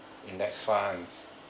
index funds